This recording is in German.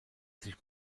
sich